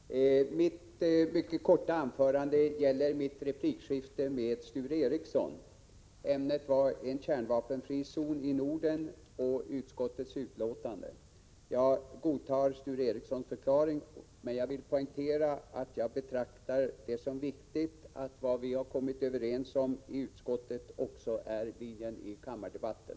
Herr talman! Mitt mycket korta anförande gäller mitt replikskifte med Sture Ericson. Ämnet var en kärnvapenfri zon i Norden och utskottets betänkande. Jag godtar Sture Ericsons förklaring, men jag vill poängtera att jag betraktar det som viktigt att vad vi kommit överens om i utskottet också är linjen i kammardebatten.